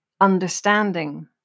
understanding